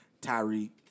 Tyree